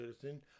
citizen